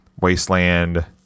Wasteland